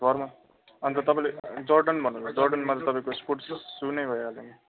घरमा अनि त तपाईँले जोर्डन भन्नुभयो जोर्डनमा त तपाईँको स्पोर्ट्स सु नै भइहाल्यो नि